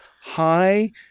high